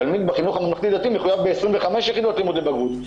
תלמיד בחינוך הממלכתי-דתי מחויב ב-25 יחידות לימוד לבגרות,